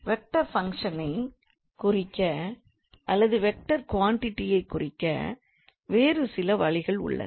vector function ஐக்குறிக்க அல்லது vector quantity ஐக் குறிக்க வேறு சில வழிகள் உள்ளன